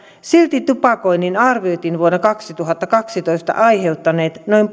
silti tupakoinnin arvioitiin vuonna kaksituhattakaksitoista aiheuttaneen noin